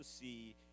see